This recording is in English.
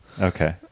okay